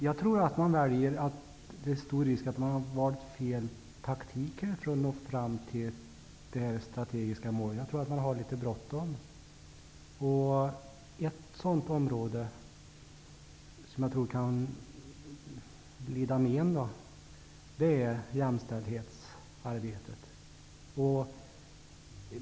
Jag tror att det är stor risk att man har valt fel taktik för att nå fram till sitt strategiska mål. Jag tror att man har litet bråttom. Ett område som jag tror kan lida men av det är jämställdhetsarbetet.